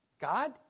God